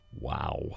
Wow